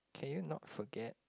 can you not forget